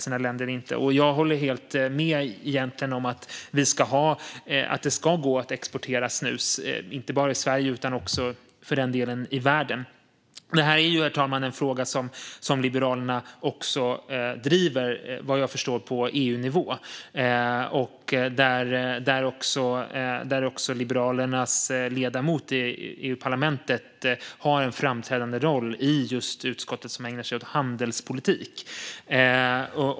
Jag håller helt med om att det ska gå att exportera snus från Sverige till världen. Det här är en fråga som Liberalerna driver på EU-nivå. Liberalernas ledamot i EU-parlamentet har en framträdande roll i det utskott som ägnar sig åt handelspolitik.